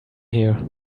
here